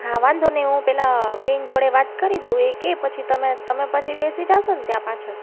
હા વાંધો નહીં હું પેલા બહેન જોડે વાત કરી દઉં એ કહે પછી તમે તમે પછી બેસી જશો ને ત્યાં પાછળ